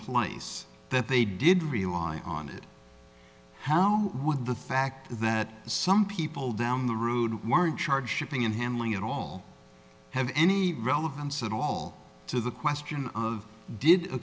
place that they did rely on it how would the fact that some people down the road weren't charged shipping and handling at all have any relevance at all to the question of did a